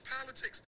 politics